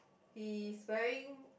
he is wearing